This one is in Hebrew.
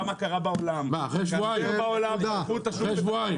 ראה מה קרה בעולם והבין --- אחרי שבועיים?